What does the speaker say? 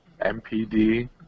MPD